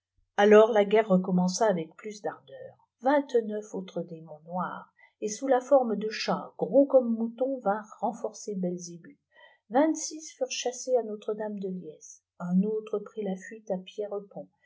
alors la guerre recommença avec plus d'ardëuf vingt-neuf autres démons noirs et sous la forme ïe chats gros corémb moutons vinrent reniforcer belzébuth vingt ix furent chàssêé i notre-dame de liesse un autre prit la fuite à